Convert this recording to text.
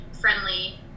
friendly